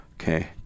Okay